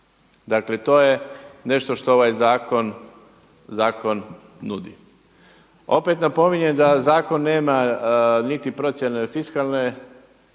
Dakle to je nešto što ovaj zakon, zakon nudi. Opet napominjem da zakon nema niti procjene fiskalnog